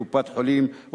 קופת-חולים,